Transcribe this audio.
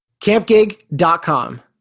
Campgig.com